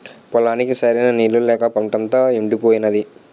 పొలానికి సరైన నీళ్ళు లేక పంటంతా యెండిపోనాది